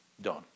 done